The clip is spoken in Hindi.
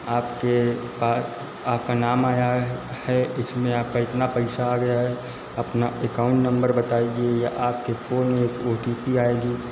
आपके पास आपका नाम आया है इसमें आपका इतना पैसा आ गया है अपना एकाउन्ट नंबर बताइए या आपके फ़ोन में ओ टी पी आएगी